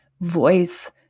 voice